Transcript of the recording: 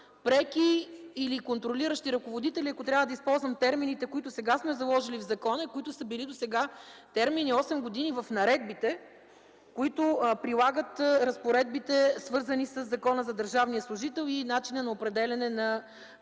преки или контролиращи ръководители, ако трябва да използвам термините, които сега сме заложили в закона и които са били досега термини осем години в наредбите, които прилагат разпоредбите, свързани със Закона за държавния служител, и начина на определяне на